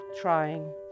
trying